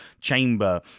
chamber